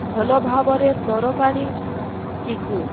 ଭଲ ଭାବରେ ତରକାରୀ ଟିକୁ